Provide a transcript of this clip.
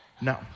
No